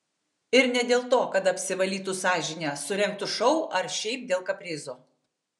ir ne dėl to kad apsivalytų sąžinę surengtų šou ar šiaip dėl kaprizo